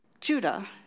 Judah